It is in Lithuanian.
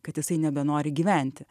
kad jisai nebenori gyventi